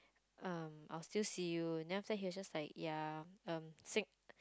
um I still see you now he just like ya um